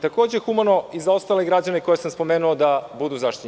Takođe je humano i za ostale građane koje sam spomenuo da budu zaštićeni.